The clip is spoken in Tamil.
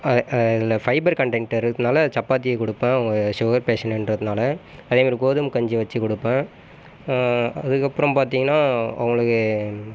அதில் ஃபைபர் கன்டென்ட் இருக்குதுனால் சப்பாத்தி கொடுப்பேன் அவங்க சுகர் பேஷண்ட்ன்றதுனால் அது மாரி கோதுமை கஞ்சி வச்சு கொடுப்பன் அதுக்கப்புறம் பார்த்தீங்கனா அவங்களுக்கு